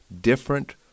different